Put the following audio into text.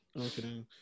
Okay